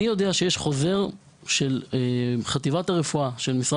אני יודע שיש חוזר של חטיבת הרפואה במשרד